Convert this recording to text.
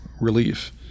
relief